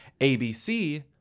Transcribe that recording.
ABC